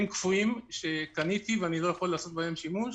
קפואים שקניתי ואני לא יכול לעשות בהם שימוש,